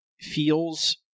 feels